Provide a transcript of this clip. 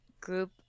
group